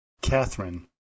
Catherine